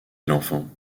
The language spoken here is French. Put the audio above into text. l’enfant